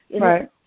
right